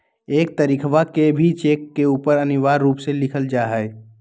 एक तारीखवा के भी चेक के ऊपर अनिवार्य रूप से लिखल जाहई